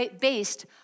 based